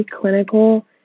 clinical